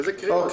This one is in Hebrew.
אוקיי.